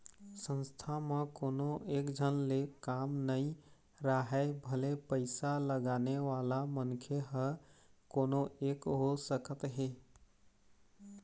संस्था म कोनो एकझन ले काम नइ राहय भले पइसा लगाने वाला मनखे ह कोनो एक हो सकत हे